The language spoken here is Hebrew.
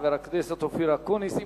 חבר הכנסת אופיר אקוניס.